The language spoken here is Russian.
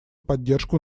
поддержку